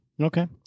Okay